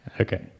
okay